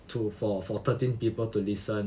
to for for thirteen people to listen